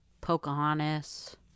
Pocahontas